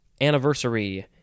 anniversary